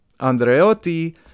Andreotti